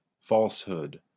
falsehood